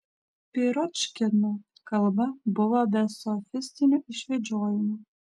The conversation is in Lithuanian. piročkino kalba buvo be sofistinių išvedžiojimų